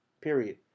Period